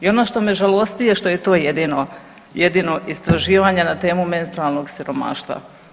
I ono što me žalosti je što je to jedino istraživanje na temu menstrualnog siromaštva.